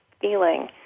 feeling